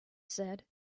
said